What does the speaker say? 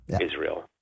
Israel